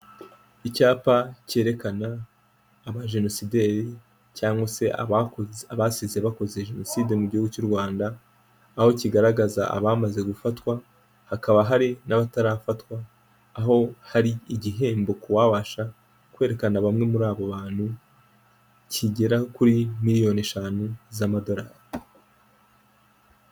Icyapa cyerekana abajenosideri cyangwa se abasize bakoze jenoside mu gihugu cy'u Rwanda, aho kigaragaza abamaze gufatwa, hakaba hari n'abatarafatwa, aho hari igihembo kuwabasha kwerekana bamwe muri abo bantu, kigera kuri miliyoni eshanu z'amadolari.